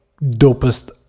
dopest